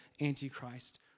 Antichrist